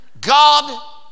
God